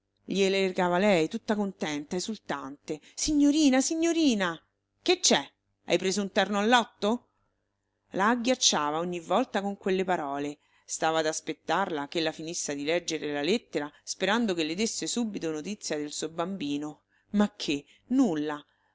sicilia gliele recava lei tutta contenta esultante signorina signorina che c'è hai preso un terno al lotto la agghiacciava ogni volta con quelle parole stava ad aspettarla ch'ella finisse di leggere la lettera sperando che le desse subito notizia del suo bambino ma che nulla